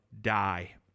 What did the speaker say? die